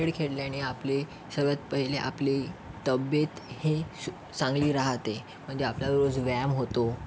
खेळ खेळल्याने आपले सगळ्यात पहिले आपले तब्येत हे च चांगली राहते म्हणजे आपला रोज व्यायाम होतो